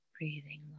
breathing